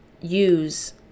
use